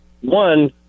One